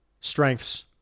Strengths